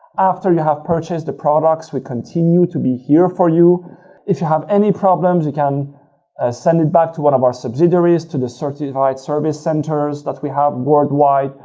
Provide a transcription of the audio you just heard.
after you have purchased the product we continue to be here for you if you have any problems, you can ah send it back to one of our subsidiaries to the certified service centers that we have worldwide.